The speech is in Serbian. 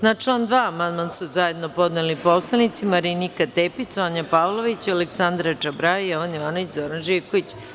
Na član 2. amandman su zajedno podneli poslanici Marinika Tepić, Sonja Pavlović, Aleksandra Čabraja, Jovan Jovanović i Zoran Živković.